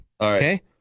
Okay